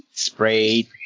sprayed